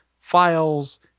Files